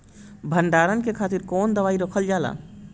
भंडारन के खातीर कौन दवाई रखल जाला?